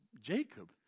Jacob